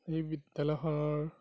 এই বিদ্যালয়খনৰ